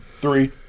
Three